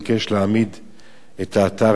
את האתר תחת סמכות הוותיקן,